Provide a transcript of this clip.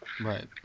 right